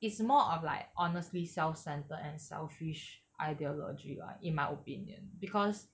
it's more of like honestly self-centred and selfish ideology lah in my opinion because